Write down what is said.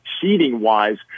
seeding-wise